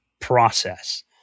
process